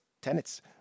tenets